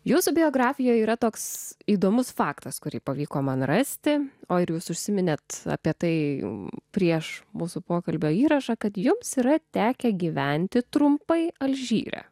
jūsų biografijoje yra toks įdomus faktas kurį pavyko man rasti o ir jūs užsiminėte apie tai jau prieš mūsų pokalbio įrašą kad jums yra tekę gyventi trumpai alžyre